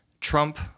Trump